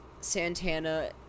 Santana